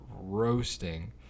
roasting